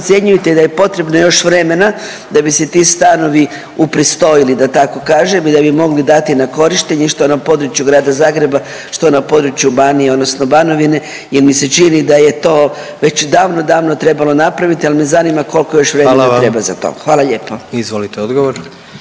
procjenjujete da je potrebno još vremena da bi se ti stanovi upristojili da tako kažem i da bi ih mogli dati na korištenje što na području grada Zagreba, što na području Banije, odnosno Banovine jer mi se čini da je to već davno, davno treba napraviti ali me zanima koliko još vremena treba za to. Hvala lijepo. **Jandroković,